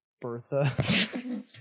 Bertha